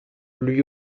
lui